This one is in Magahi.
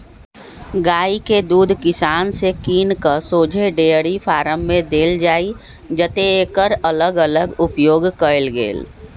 गाइ के दूध किसान से किन कऽ शोझे डेयरी फारम में देल जाइ जतए एकर अलग अलग उपयोग कएल गेल